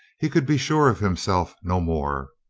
he could be sure of himself no more.